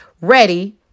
ready